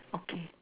okay